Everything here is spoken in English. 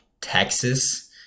Texas